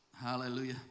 Hallelujah